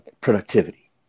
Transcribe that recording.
productivity